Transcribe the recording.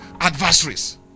adversaries